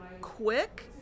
quick